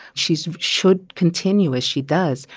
she should continue, as she does,